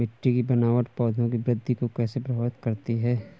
मिट्टी की बनावट पौधों की वृद्धि को कैसे प्रभावित करती है?